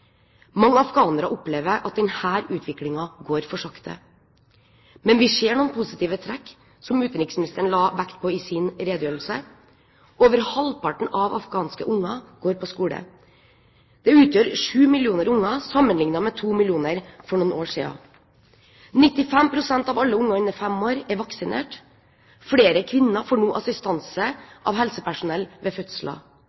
Mange afghanere opplever at denne utviklingen går for sakte. Men vi ser noen positive trekk, som utenriksministeren la vekt på i sin redegjørelse. Over halvparten av afghanske barn går på skole. Det utgjør 7 millioner barn, sammenlignet med 2 millioner for noen år siden. 95 pst. av alle barn under fem år er vaksinert, og flere kvinner får nå